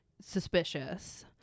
suspicious